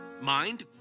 Mind